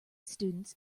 students